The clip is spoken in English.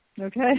Okay